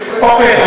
אוקיי,